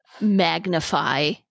magnify